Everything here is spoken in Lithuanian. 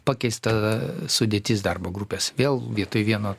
pakeista sudėtis darbo grupės vėl vietoj vieno